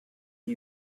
are